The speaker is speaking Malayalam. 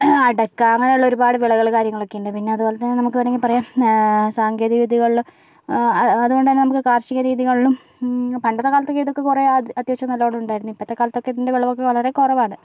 അടക്ക അങ്ങനെയുള്ള ഒരുപാട് വിളകൾ കാര്യങ്ങളൊക്കെയുണ്ട് പിന്നെ അതുപോലെതന്നെ നമുക്ക് വേണമെങ്കിൽ പറയാം സാങ്കേതിക വിദ്യകളിൽ അതുകൊണ്ടുതന്നെ നമുക്ക് കാർഷിക രീതികളിലും പണ്ടത്തെക്കാലത്തൊക്കെ ഇതൊക്കെ കുറെ അത്യാവശ്യം നല്ലോണം ഉണ്ടായിരുന്നു ഇപ്പോഴത്തെ കാലത്തൊക്കെ ഇതിന്റെ വിളവൊക്കെ വളരെ കുറവാണ്